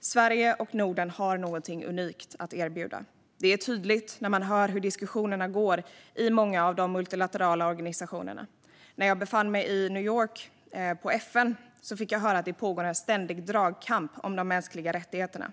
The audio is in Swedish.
Sverige och Norden har någonting unikt att erbjuda. Det är tydligt när man hör hur diskussionerna går i många av de multilaterala organisationerna. När jag befann mig i FN i New York fick jag höra att det pågår en ständig dragkamp om de mänskliga rättigheterna.